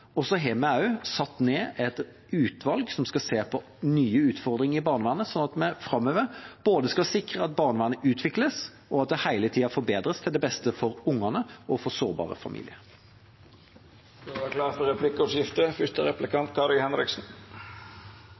Så har vi også satt ned et utvalg som skal se på nye utfordringer i barnevernet, slik at vi framover skal sikre både at barnevernet utvikles, og at det hele tiden forbedres, til det beste for ungene og for sårbare familier. Det